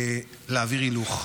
להעביר הילוך,